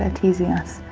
and teasing us.